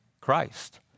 Christ